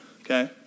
okay